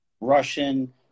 russian